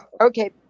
Okay